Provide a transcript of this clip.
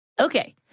Okay